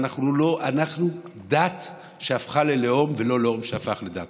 ואנחנו דת שהפכה ללאום ולא לאום שהפך לדת.